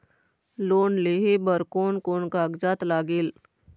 Loan लेहे बर कोन कोन कागजात लागेल?